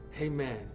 amen